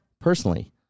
personally